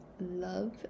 love